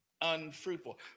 unfruitful